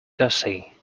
gussie